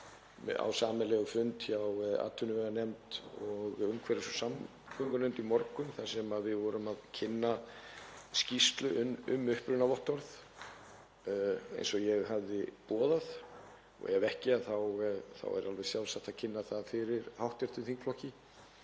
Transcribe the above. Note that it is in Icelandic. á sameiginlegan fundi hjá atvinnuveganefnd og umhverfis- og samgöngunefnd í morgun þar sem við vorum að kynna skýrslu um upprunavottorð eins og ég hafði boðað og ef ekki þá er alveg sjálfsagt að kynna það fyrir hv. þingflokki.